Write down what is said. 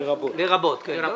לרבות, כן.